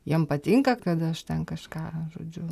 jiem patinka kad aš ten kažką žodžiu